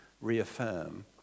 reaffirm